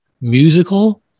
musical